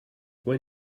when